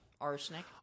Arsenic